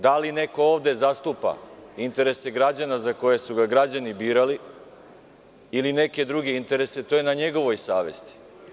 Da li neko ovde zastupa interese građana za koje su ga građani birali, ili neke druge interese, to je na njegovoj savesti.